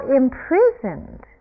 imprisoned